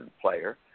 player